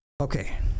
Okay